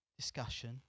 discussion